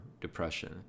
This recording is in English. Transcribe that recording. depression